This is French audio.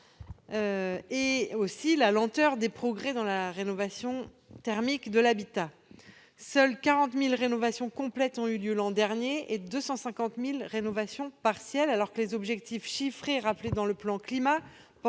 et la lenteur des progrès dans la rénovation thermique de l'habitat. Seules 40 000 rénovations complètes ont eu lieu l'an dernier, et 250 000 partielles, alors que les objectifs chiffrés rappelés dans le plan Climat